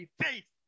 faith